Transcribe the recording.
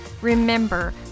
Remember